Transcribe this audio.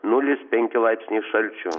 nulis penki laipsniai šalčio